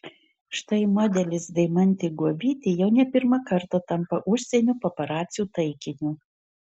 štai modelis deimantė guobytė jau ne pirmą kartą tampa užsienio paparacių taikiniu